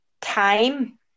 time